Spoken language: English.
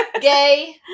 gay